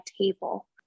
table